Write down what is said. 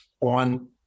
on